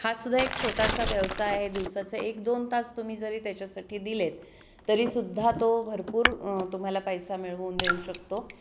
हासुद्धा एक छोटासा व्यवसाय आहे दिवसाचा एक दोन तास तुम्ही जरी त्याच्यासाठी दिलेत तरीसुद्धा तो भरपूर तुम्हाला पैसा मिळवून देऊ शकतो